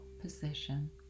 position